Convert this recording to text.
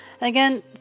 Again